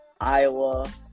Iowa